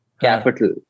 capital